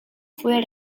fue